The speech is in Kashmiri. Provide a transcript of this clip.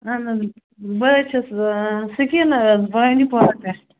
اہن حظ بہٕ حظ چھَس سِکیٖنہ حظ بانٛڈی پورہ پٮ۪ٹھ